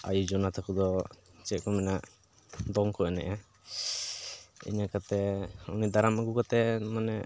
ᱟᱭᱳ ᱡᱚᱱᱟ ᱛᱟᱠᱚ ᱫᱚ ᱪᱮᱫ ᱢᱮᱱᱟ ᱫᱚᱝ ᱠᱚ ᱮᱱᱮᱡᱼᱟ ᱤᱱᱟᱹ ᱠᱟᱛᱮᱫ ᱩᱱᱤ ᱫᱟᱨᱟᱢ ᱟᱹᱜᱩ ᱠᱟᱛᱮᱫ ᱢᱟᱱᱮ